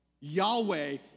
Yahweh